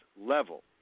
level